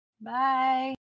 Bye